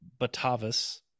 Batavis